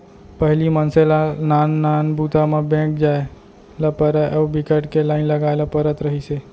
पहिली मनसे ल नान नान बूता म बेंक जाए ल परय अउ बिकट के लाईन लगाए ल परत रहिस हे